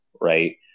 right